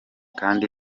kandi